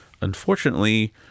unfortunately